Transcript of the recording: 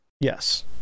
Yes